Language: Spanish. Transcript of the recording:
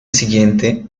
siguiente